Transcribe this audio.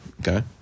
Okay